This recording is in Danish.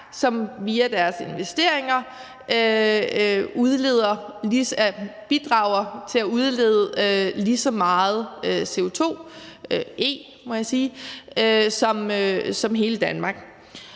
som via deres investeringer bidrager til at udlede lige så meget CO2 – CO2e, må